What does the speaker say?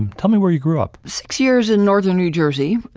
tell me where you grew up. six years in northern new jersey,